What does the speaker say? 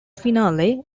finale